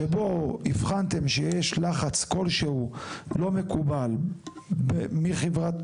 שבו הבחנתם שיש לחץ כלשהו לא מקובל מכיוון